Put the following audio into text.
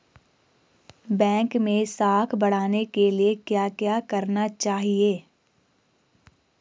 Bank मैं साख बढ़ाने के लिए क्या क्या करना चाहिए?